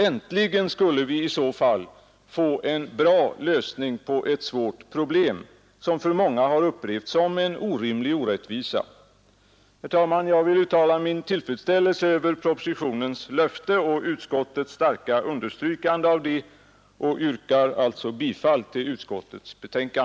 Äntligen skulle vi i så fall få en bra lösning på ett svårt problem, som av många har upplevts som en orimlig orättvisa. Herr talman! Jag vill uttala min tillfredsställelse över propositionens löfte och utskottets starka understrykande av det och yrka bifall till utskottets hemställan.